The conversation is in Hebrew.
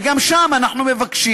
וגם שם אנחנו מבקשים,